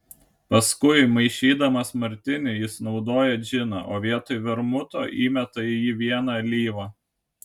paskui maišydamas martinį jis naudoja džiną o vietoj vermuto įmeta į jį vieną alyvą